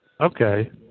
Okay